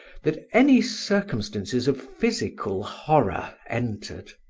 that any circumstances of physical horror entered.